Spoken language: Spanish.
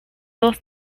dos